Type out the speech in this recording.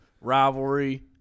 rivalry